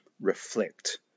reflect